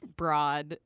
broad